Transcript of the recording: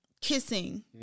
Kissing